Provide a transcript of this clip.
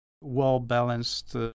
well-balanced